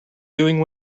doing